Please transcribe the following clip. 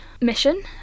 mission